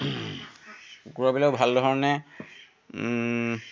কুকুৰাবিলাক ভাল ধৰণে